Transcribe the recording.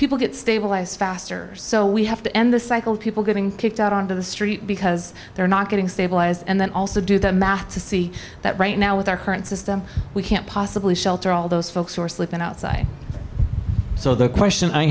people get stabilized faster so we have to end the cycle of people getting kicked out onto the street because they're not getting stabilized and then also do the math to see that right now with our current system we can't possibly shelter all those folks who are sleeping outside so the question i